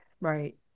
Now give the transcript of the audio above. Right